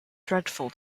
dreadful